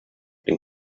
den